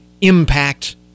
impact